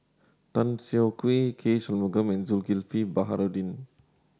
Tan Siah Kwee K Shanmugam and Zulkifli Baharudin